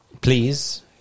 Please